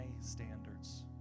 standards